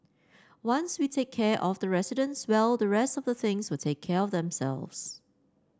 once we take care of the residents well the rest of the things will take care of themselves